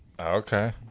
Okay